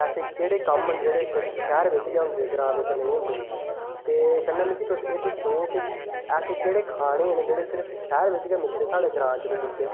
ऐसे केह्डे़ कम्म न जेह्डे़ सिर्फ शैह्र बिच गै होंदे ग्रांऽ बिच नेईं होंदे ते कन्नै मिगी तुस एह् दस्सो कि ऐसे केह्डे़ खाने न जेह्ड़े सिर्फ शैह्र बिच गै मिलदे साढ़े ग्रांऽ च निं मिलदे